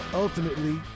Ultimately